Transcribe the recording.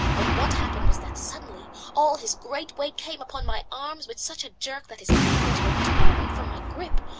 but what happened was that suddenly all his great weight came upon my arms with such a jerk that his ankles were torn from my grip.